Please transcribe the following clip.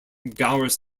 gowers